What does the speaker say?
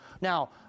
Now